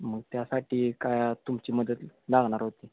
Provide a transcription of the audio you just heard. मग त्यासाठी काय तुमची मदत लागणार होती